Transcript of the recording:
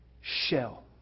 shell